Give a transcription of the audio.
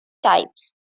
types